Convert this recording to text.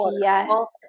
Yes